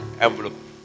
envelope